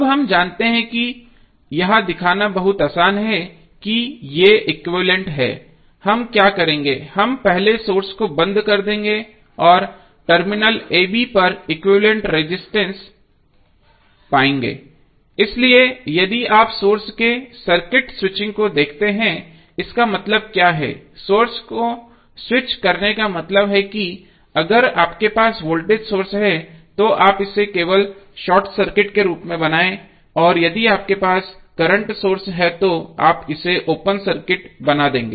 अब हम जानते हैं कि यह दिखाना बहुत आसान है कि ये एक्विवैलेन्ट हैं हम क्या करेंगे हैं हम पहले सोर्स को बंद कर देंगे और हम टर्मिनल ab पर इक्विवेलेंट रेजिस्टेंस पाएंगे इसलिए यदि आप सोर्स के सर्किट स्विचिंग को देखते हैं इसका मतलब क्या है सोर्स को स्विच करने का मतलब है कि अगर आपके पास वोल्टेज सोर्स है तो आप इसे केवल शॉर्ट सर्किट के रूप में बनाएं और यदि आपके पास एक करंट सोर्स है तो आप इसे ओपन सर्किट बना देंगे